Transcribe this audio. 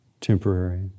temporary